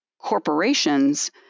corporations